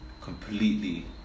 completely